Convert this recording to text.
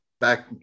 back